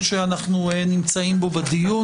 קשה בעיניי מצב שאנחנו נאשר שתיים מתוך שלוש